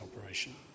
operation